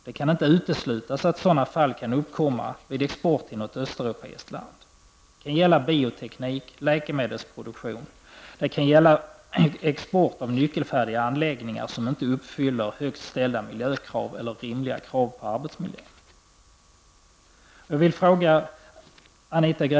Det kan inte uteslutas att sådana fall kan uppstå vid export till något östeuropeiskt land. Det kan gälla bioteknik, läkemedelsproduktion, och det kan gälla export av nyckelfärdiga anläggningar som inte uppfyller högt ställda miljökrav eller rimliga krav på arbetsmiljö.